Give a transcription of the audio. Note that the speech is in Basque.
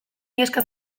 iheska